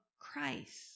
Christ